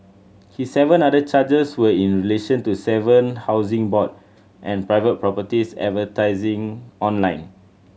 his seven other charges were in relation to seven Housing Board and private properties advertising online